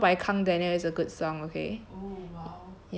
is any song by kang daniel is a good song okay ya okay